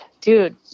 dude